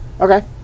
Okay